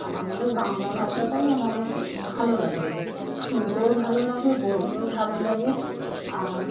আর আমাদের বাংলা ভাষাটাই আমাদের ভালো লাগে শুনতেও ভালো লাগে বলতেও ভালো লাগে আর